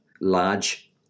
large